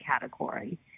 category